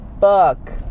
fuck